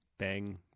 Bang